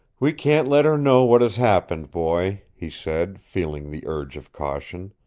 we can't let her know what has happened, boy, he said, feeling the urge of caution.